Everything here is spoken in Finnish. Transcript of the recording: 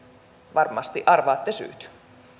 varmasti arvaatte syyt